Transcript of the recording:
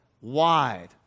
wide